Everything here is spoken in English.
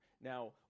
now